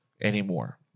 anymore